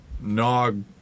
Nog